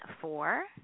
four